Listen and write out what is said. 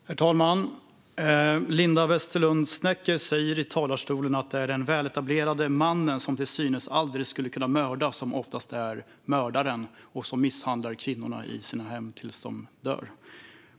Herr talman! Linda Westerlund Snecker säger i talarstolen att det är den väletablerade mannen som till synes aldrig skulle kunna mörda som oftast är mördaren och som misshandlar kvinnor i deras hem tills de dör.